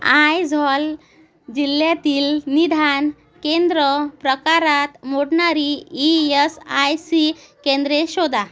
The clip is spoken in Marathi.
आयझॉल जिल्ह्यातील निदान केंद्र प्रकारात मोडणारी ई एस आय सी केंद्रे शोधा